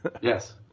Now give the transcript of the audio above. Yes